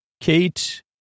Kate